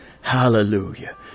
Hallelujah